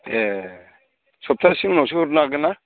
ए सब्ताहसेनि उनावसो हरनो हागोन ना